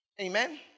Amen